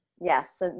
Yes